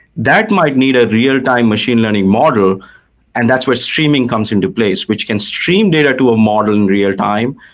that might need a real-time machine learning model and that's what streaming comes into place, which can stream data to a model in real-time,